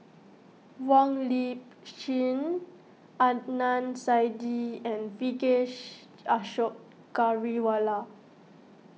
Wong Lip Chin Adnan Saidi and Vijesh Ashok Ghariwala